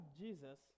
Jesus